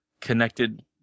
connected